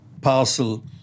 parcel